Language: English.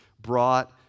brought